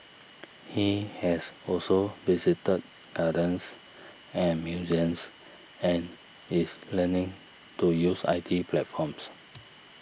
he has also visited gardens and museums and is learning to use I T platforms